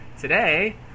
today